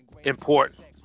important